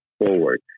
forward